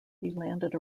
landed